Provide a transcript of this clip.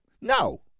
No